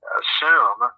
assume